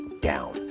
down